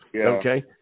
okay